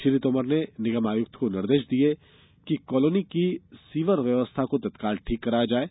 श्री तोमर ने निगमायुक्त को निर्देश दिए कि कॉलोनी की सीवर व्यवस्था को तत्काल ठीक कराया जाये